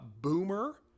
Boomer